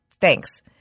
Thanks